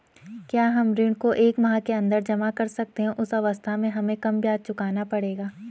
क्या हम ऋण को एक माह के अन्दर जमा कर सकते हैं उस अवस्था में हमें कम ब्याज चुकाना पड़ेगा?